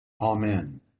Amen